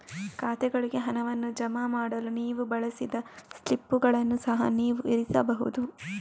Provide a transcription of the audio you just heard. ಖಾತೆಗಳಿಗೆ ಹಣವನ್ನು ಜಮಾ ಮಾಡಲು ನೀವು ಬಳಸಿದ ಸ್ಲಿಪ್ಪುಗಳನ್ನು ಸಹ ನೀವು ಇರಿಸಬಹುದು